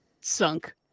sunk